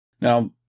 Now